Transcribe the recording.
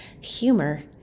humor